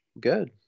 Good